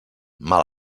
mal